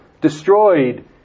destroyed